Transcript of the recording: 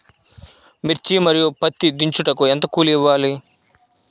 మిర్చి మరియు పత్తి దించుటకు ఎంత కూలి ఇవ్వాలి?